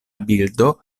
bildo